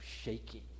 shaking